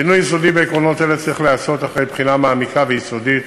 שינוי יסודי בעקרונות אלה צריך להיעשות אחרי בחינה מעמיקה ויסודית